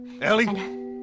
Ellie